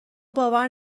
باور